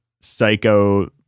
psycho